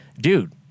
dude